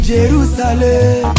Jerusalem